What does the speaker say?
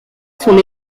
son